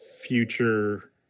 future